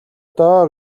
доо